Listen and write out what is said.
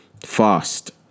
fast